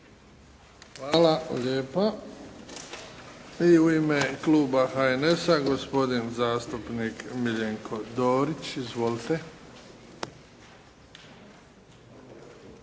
Hvala lijepa. I u ime kluba HNS-a gospodin zastupnik Miljenko Dorić. Izvolite.